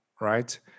right